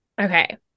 Okay